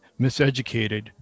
miseducated